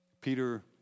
Peter